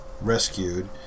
rescued